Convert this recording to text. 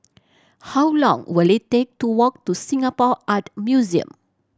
how long will it take to walk to Singapore Art Museum